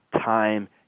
time